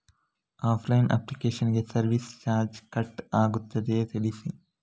Online application ಗೆ service charge cut ಆಗುತ್ತದೆಯಾ ತಿಳಿಸಿ?